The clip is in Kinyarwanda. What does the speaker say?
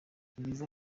nibyiza